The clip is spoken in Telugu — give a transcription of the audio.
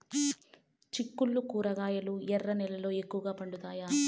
చిక్కుళ్లు కూరగాయలు ఎర్ర నేలల్లో ఎక్కువగా పండుతాయా